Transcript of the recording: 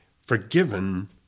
Forgiven